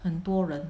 很多人